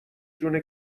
جون